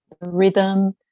rhythm